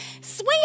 swing